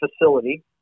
facility